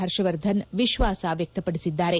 ಹರ್ಷವರ್ಧನ್ ವಿಶ್ವಾಸ ವ್ಯಕ್ತಪಡಿಸಿದ್ದಾರೆ